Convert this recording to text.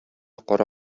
кара